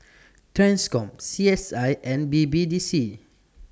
TRANSCOM C S I and B B D C